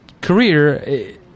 career